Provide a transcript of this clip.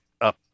up